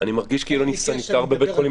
אני מרגיש כאילו אני סניטר בבית חולים